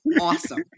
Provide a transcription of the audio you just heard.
awesome